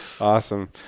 awesome